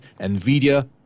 Nvidia